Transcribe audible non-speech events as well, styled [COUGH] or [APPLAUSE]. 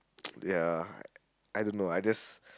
[NOISE] ya I don't know I just